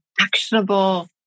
actionable